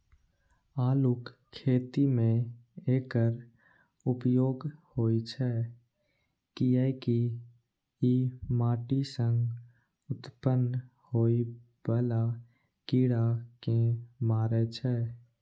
आलूक खेती मे एकर उपयोग होइ छै, कियैकि ई माटि सं उत्पन्न होइ बला कीड़ा कें मारै छै